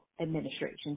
administration